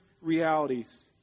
realities